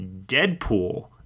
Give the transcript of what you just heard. Deadpool